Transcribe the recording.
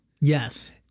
Yes